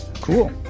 Cool